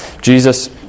Jesus